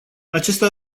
acesta